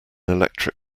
electric